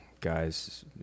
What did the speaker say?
guys